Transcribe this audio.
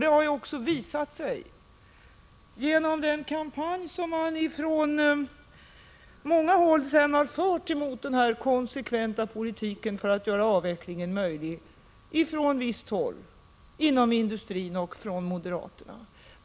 Detta har ju också visat sig genom den kampanj som man har fört mot denna konsekventa politik för att göra avvecklingen möjlig — från visst håll inom industrin och från moderaterna.